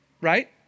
right